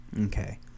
Okay